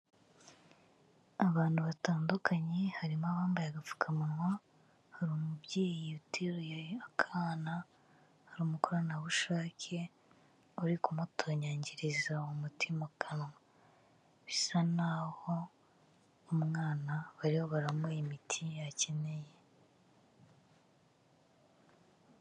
Abantu batandukanye harimo abambaye agapfukamunwa, hari umubyeyi uteruye akana hari umukoranabushake uri kumutonyangiriza umuti mu kanwa, bisa naho umwana barimo baramuha imiti akeneye.